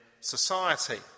society